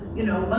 you know,